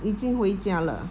已经回家了